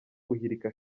guhirika